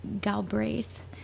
Galbraith